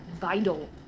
vital